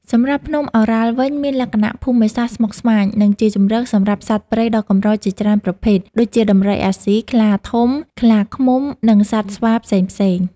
សម្រាប់ភ្នំឱរ៉ាល់វិញមានលក្ខណៈភូមិសាស្ត្រស្មុគស្មាញ និងជាជម្រកសម្រាប់សត្វព្រៃដ៏កម្រជាច្រើនប្រភេទ ដូចជាដំរីអាស៊ី ខ្លាធំ ខ្លាឃ្មុំ និងសត្វស្វាផ្សេងៗ។